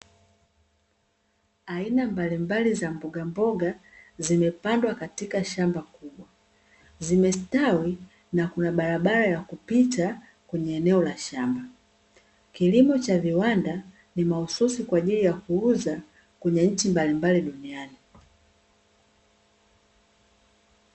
Aina mbalimbali za mbogamboga zimepandwa katika shamba kubwa, zimestawi na kuna barabara ya kupita kwenye eneo la shamba, kilimo cha viwanda ni mahususi kwa ajili ya kuuza kwenye nchi mbalimbali duniani.